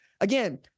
Again